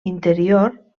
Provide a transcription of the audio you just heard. interior